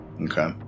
Okay